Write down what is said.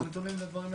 יש לנו נתונים כמה